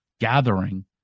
gathering